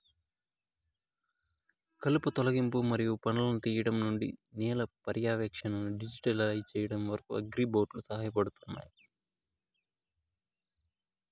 కలుపు తొలగింపు మరియు పండ్లను తీయడం నుండి నేల పర్యవేక్షణను డిజిటలైజ్ చేయడం వరకు, అగ్రిబోట్లు సహాయపడతాయి